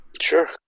Sure